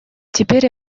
теперь